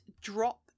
drop